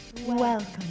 Welcome